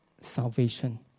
salvation